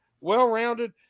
well-rounded